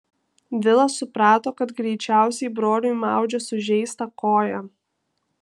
vilas suprato kad greičiausiai broliui maudžia sužeistą koją